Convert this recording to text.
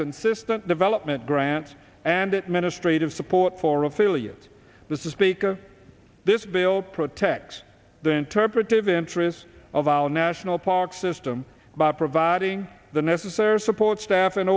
consistent development grants and it ministries of support for ophelia's this is speaker this bill protects the interpretive interests of our national park system by providing the necessary support staff an